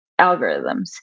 algorithms